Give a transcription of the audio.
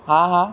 હા હા